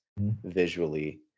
visually